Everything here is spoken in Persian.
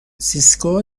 سیسکو